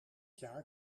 jaar